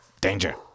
Danger